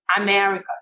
America